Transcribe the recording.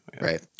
right